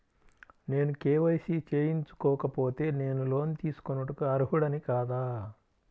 నేను కే.వై.సి చేయించుకోకపోతే నేను లోన్ తీసుకొనుటకు అర్హుడని కాదా?